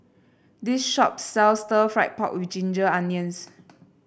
this shop sells Stir Fried Pork with Ginger Onions